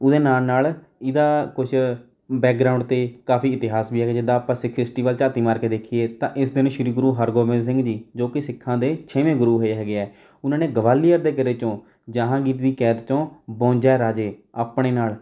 ਉਹਦੇ ਨਾਲ ਨਾਲ ਇਹਦਾ ਕੁਛ ਬੈਕਗਰਾਊਂਡ 'ਤੇ ਕਾਫੀ ਇਤਿਹਾਸ ਵੀ ਹੈਗਾ ਜਿੱਦਾਂ ਆਪਾਂ ਸਿੱਖ ਹਿਸਟਰੀ ਵੱਲ ਝਾਤੀ ਮਾਰ ਕੇ ਦੇਖੀਏ ਤਾਂ ਇਸ ਦਿਨ ਸ਼੍ਰੀ ਗੁਰੂ ਹਰਗੋਬਿੰਦ ਸਿੰਘ ਜੀ ਜੋ ਕਿ ਸਿੱਖਾਂ ਦੇ ਛੇਵੇਂ ਗੁਰੂ ਹੋਏ ਹੈਗੇ ਹੈ ਉਹਨਾਂ ਨੇ ਗਵਾਲੀਅਰ ਦੇ ਕਿਲੇ 'ਚੋਂ ਜਹਾਂਗੀਰ ਦੀ ਕੈਦ 'ਚੋਂ ਬਵੰਜਾ ਰਾਜੇ ਆਪਣੇ ਨਾਲ